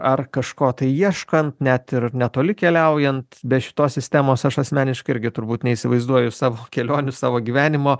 ar kažko tai ieškant net ir netoli keliaujant be šitos sistemos aš asmeniškai irgi turbūt neįsivaizduoju savo kelionių savo gyvenimo